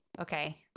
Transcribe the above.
Okay